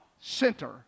center